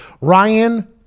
ryan